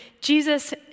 Jesus